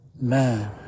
man